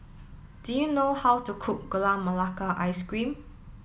do you know how to cook Gula Melaka Ice Cream